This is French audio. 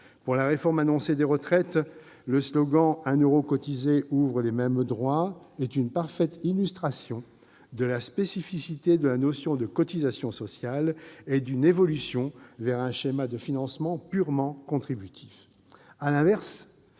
Pour la réforme annoncée des retraites, le slogan « un euro cotisé ouvre les mêmes droits » est une parfaite illustration de la spécificité de la notion de cotisation sociale et d'une évolution vers un schéma de financement purement contributif.